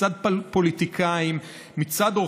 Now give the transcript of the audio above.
מצד פוליטיקאים,